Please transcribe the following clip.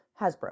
Hasbro